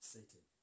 Satan